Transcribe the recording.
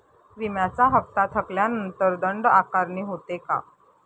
विम्याचा हफ्ता थकल्यानंतर दंड आकारणी होते का?